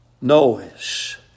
noise